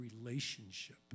relationship